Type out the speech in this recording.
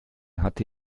hatte